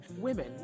women